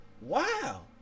wow